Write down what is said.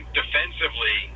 defensively